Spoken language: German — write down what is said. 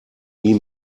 nie